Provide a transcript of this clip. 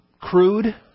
crude